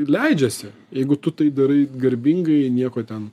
leidžiasi jeigu tu tai darai garbingai nieko ten